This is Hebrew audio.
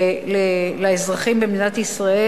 לאזרחים במדינת ישראל